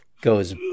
goes